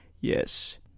Yes